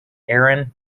aaron